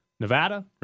Nevada